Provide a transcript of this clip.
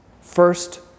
First